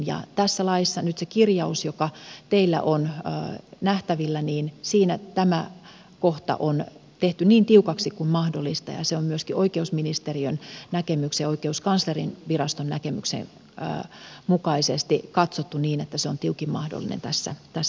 nyt tässä laissa siinä kirjauksessa joka teillä on nähtävillä tämä kohta on tehty niin tiukaksi kuin mahdollista ja se on myöskin oikeusministeriön näkemyksen ja oikeuskanslerinviraston näkemyksen mukaisesti katsottu niin että se on tiukin mahdollinen tässä tilanteessa